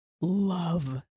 love